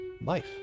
life